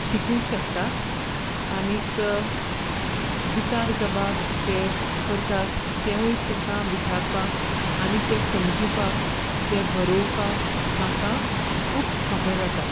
शिकूंक शकतात आनीक विचार जबाब जे करतात तेंवूय ताका विचारपाक आनीक तें समजुपाक तें बरोवपाक ताका खूब सोंपें जाता